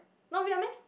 no weird meh